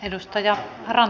arvoisa puhemies